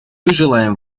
желаем